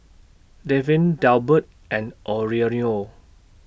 Dafne Delbert and Aurelio